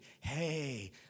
hey